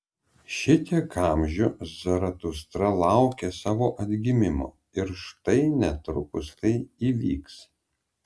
šitiek amžių zaratustra laukė savo atgimimo ir štai netrukus tai įvyks